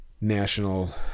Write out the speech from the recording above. national